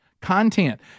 content